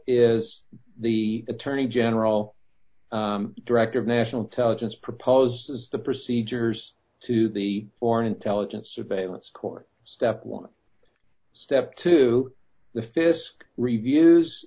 is the attorney general director of national intelligence proposes the procedures to the foreign intelligence surveillance court step one step two the fisc reviews